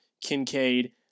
Kincaid